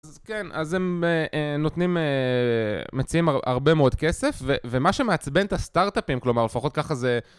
אז כן, אז הם נותנים, מציעים הרבה מאוד כסף ומה שמעצבן את הסטארטאפים, כלומר לפחות ככה זה